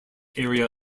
area